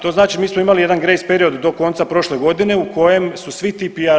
To znači mi smo imali jedan grejs period do konca prošle godine u kojem su svi ti PR.